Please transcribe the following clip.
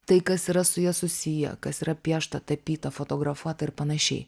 tai kas yra su ja susiję kas yra piešta tapyta fotografuota ir panašiai